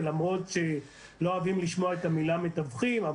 למרות שלא אוהבים לשמוע את המילה מתווכים,